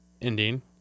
Ending